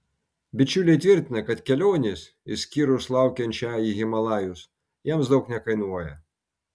bičiuliai tvirtina kad kelionės išskyrus laukiančią į himalajus jiems daug nekainuoja